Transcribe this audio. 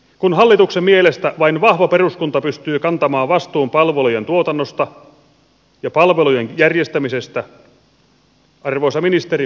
kun hallituksen mielestä vain vahva peruskunta pystyy kantamaan vastuun palvelujen tuotannosta ja palvelujen järjestämisestä arvoisa ministeri minä kysyn